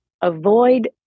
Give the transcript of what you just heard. Avoid